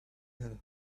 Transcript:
her